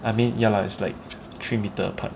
I mean ya lah it's like three metre apart